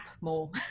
more